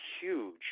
huge